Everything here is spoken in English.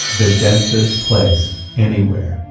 the densest place anywhere.